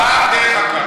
רק דרך הקלפי.